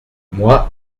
moi